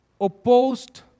opposed